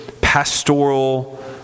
pastoral